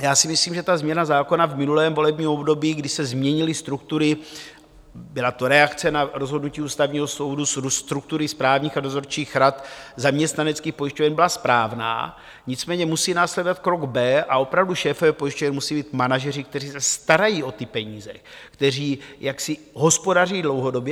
Já si myslím, že ta změna zákona v minulém volebním období, kdy se změnily struktury byla to reakce na rozhodnutí Ústavního soudu struktury správních a dozorčích rad zaměstnaneckých pojišťoven, byla správná, nicméně musí následovat krok B, a opravdu šéfové pojišťoven musí být manažeři, kteří se starají o ty peníze, kteří jaksi hospodaří dlouhodobě.